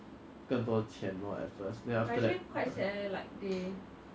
that's why the people who are rich always get richer because they can push even more